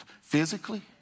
physically